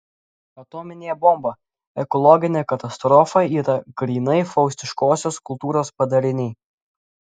atominė bomba ekologinė katastrofa yra grynai faustiškosios kultūros padariniai